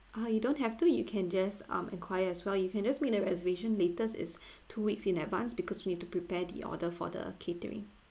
ah you don't have to you can just um enquire as well you can just make the reservation latest is two weeks in advance because we need to prepare the order for the catering